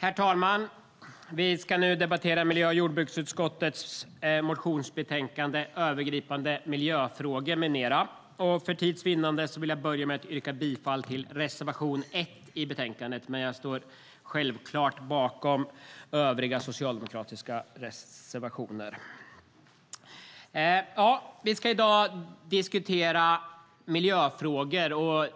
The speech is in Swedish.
Herr talman! Vi ska nu debattera miljö och jordbruksutskottets motionsbetänkande Övergripande miljöfrågor m.m. För tids vinnande vill jag börja med att yrka bifall till reservation 1 i betänkandet, men jag står självklart bakom alla socialdemokratiska reservationer. Vi ska i dag diskutera miljöfrågor